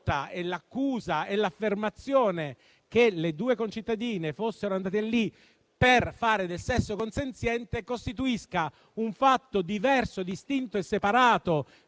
l'accusa e l'affermazione che le due concittadine fossero andate lì per fare del sesso consenziente costituiscano un fatto diverso, distinto e separato